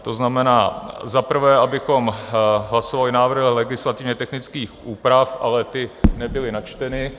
To znamená za prvé, abychom hlasovali návrhy legislativně technických úprav ale ty nebyly načteny.